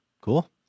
Cool